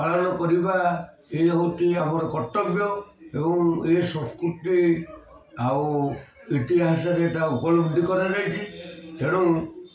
ପାଳନ କରିବା ଏ ହଉଛି ଆମର କର୍ତ୍ତବ୍ୟ ଏବଂ ଏ ସଂସ୍କୃତି ଆଉ ଇତିହାସରେ ଏଇଟା ଉପଲବ୍ଧି କରାଯାଇଛି ତେଣୁ